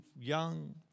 young